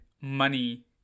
money